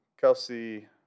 Kelsey